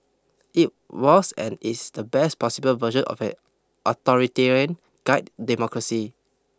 it was and is the best possible version of an authoritarian guide democracy